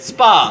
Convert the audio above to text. Spa